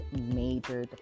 major